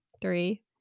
Three